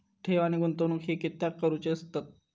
ठेव आणि गुंतवणूक हे कित्याक करुचे असतत?